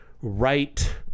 right